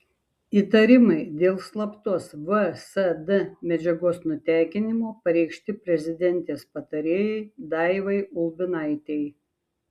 įtarimai dėl slaptos vsd medžiagos nutekinimo pareikšti prezidentės patarėjai daivai ulbinaitei